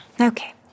Okay